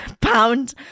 pound